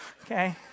okay